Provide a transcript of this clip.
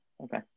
okay